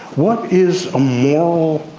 what is a moral,